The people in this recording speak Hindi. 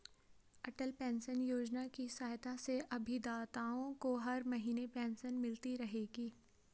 अटल पेंशन योजना की सहायता से अभिदाताओं को हर महीने पेंशन मिलती रहेगी